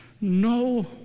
no